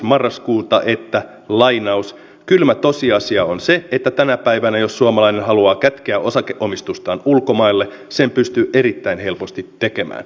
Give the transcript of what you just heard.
marraskuuta että kylmä tosiasia on se että tänä päivänä jos suomalainen haluaa kätkeä osakeomistustaan ulkomaille sen pystyy erittäin helposti tekemään